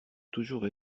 toujours